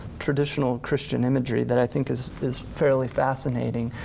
traditional christian imagery that i think is is fairly fascinating,